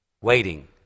waiting